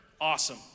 awesome